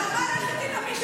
נעמה לזימי,